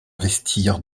investir